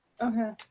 Okay